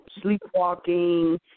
sleepwalking